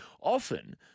Often